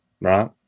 right